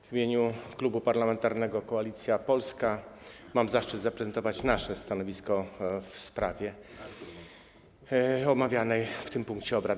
W imieniu Klubu Parlamentarnego Koalicja Polska mam zaszczyt zaprezentować stanowisko w sprawie omawianej w tym punkcie obrad.